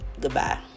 Goodbye